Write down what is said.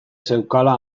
zeukala